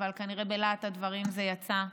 אבל כנראה בלהט הדברים זה יצא,